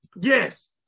Yes